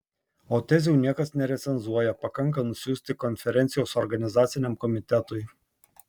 o tezių niekas nerecenzuoja pakanka nusiųsti konferencijos organizaciniam komitetui